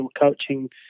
coaching